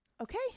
Okay